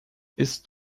ist